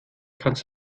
kannst